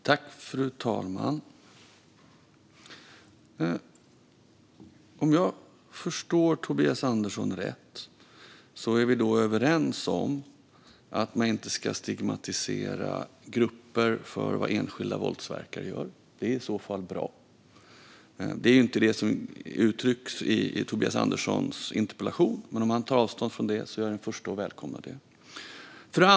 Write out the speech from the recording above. Fru ålderspresident! Om jag förstår Tobias Andersson rätt är vi överens om att man inte ska stigmatisera grupper för vad enskilda våldsverkare gör. Det är i så fall bra. Det är inte det som uttrycks i Tobias Anderssons interpellation, men om han tar avstånd från detta är jag den förste att välkomna det.